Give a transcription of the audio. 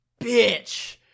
bitch